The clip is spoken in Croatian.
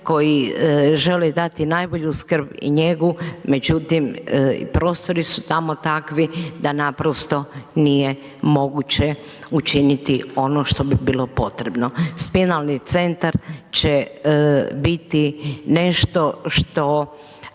koji želi dati najbolju skrb i njegu, međutim, prostori su tamo takvi da naprosto nije moguće učiniti ono što bi bilo potrebno. Spinalni centar će biti nešto što